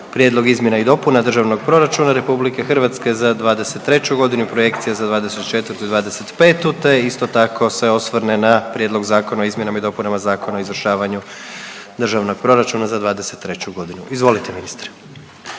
Prijedlog izmjena i dopuna Državnog proračuna RH za '23.g. i Projekcija za '24. i '25., te isto tako se osvrne na Prijedlog Zakona o izmjenama i dopunama Zakona o izvršavanju Državnog proračuna za 2023.g.. Izvolite ministre.